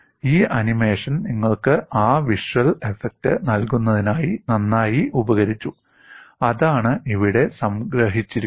ഈ ആനിമേഷൻ നിങ്ങൾക്ക് ആ വിഷ്വൽ എഫക്ട് നൽകുന്നതിനായി നന്നായി ഉപകരിച്ചു അതാണ് ഇവിടെ സംഗ്രഹിച്ചിരിക്കുന്നത്